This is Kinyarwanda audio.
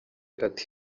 yagize